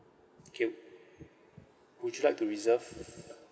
okay would you like to reserve